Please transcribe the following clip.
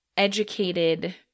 educated